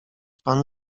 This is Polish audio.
pan